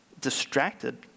distracted